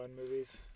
movies